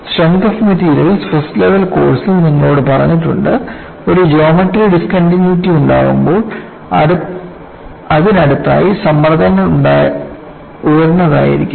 strength of materials first level കോഴ്സിൽ നിങ്ങളോട് പറഞ്ഞിട്ടുണ്ട് ഒരു ജോമട്രി ഡിസ്കണ്ടിന്യൂയിറ്റി ഉണ്ടാകുമ്പോൾ അതിനടുത്തായി സമ്മർദ്ദങ്ങൾ ഉയർന്നതായിരിക്കും